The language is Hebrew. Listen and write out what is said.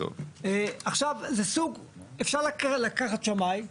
עכשיו, אפשר לקחת שמאי.